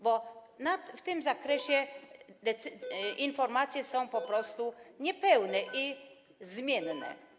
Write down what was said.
Bo w tym zakresie informacje są po prostu niepełne i zmienne.